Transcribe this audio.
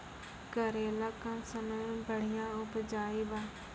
करेला कम समय मे बढ़िया उपजाई बा?